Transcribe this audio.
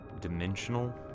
dimensional